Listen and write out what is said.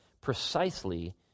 precisely